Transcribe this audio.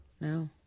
No